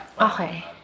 Okay